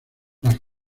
las